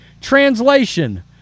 Translation